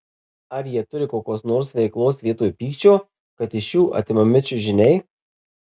ar jie turi kokios nors veiklos vietoj pykčio kad iš jų atimami čiužiniai